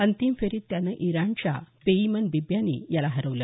अंतिम फेरीत त्यानं इराणच्या पेइमन बिब्यानी याला हरवलं